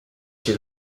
she